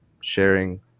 sharing